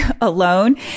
alone